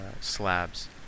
slabs